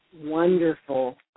Wonderful